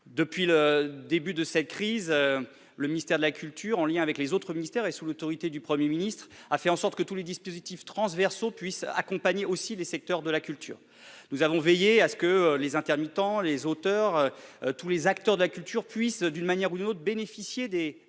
Depuis le début de cette crise, le ministère de la culture, en liaison avec les autres ministères et sous l'autorité du Premier ministre, a fait en sorte que tous les dispositifs transversaux puissent accompagner les secteurs de la culture. Nous avons veillé à ce que les intermittents, les auteurs, tous les acteurs de la culture bénéficient d'une manière ou d'une autre de ces dispositifs.